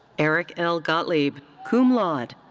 eric l. gottlieb, cum laude.